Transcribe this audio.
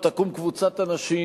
או תקום קבוצת אנשים,